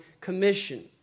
commission